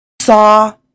saw